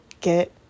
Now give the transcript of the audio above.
get